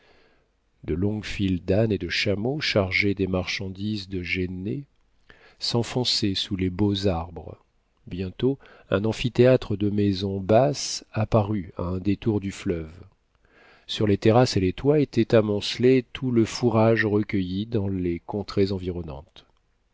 de longues files d'ânes et de chameaux chargés des marchandises de jenné s'enfonçaient sous les beaux arbres bientôt un amphithéâtre de maisons basses apparut à un détour du fleuve sur les terrasses et les toits était amoncelé tout le fourrage recueilli dans les contrées environnantes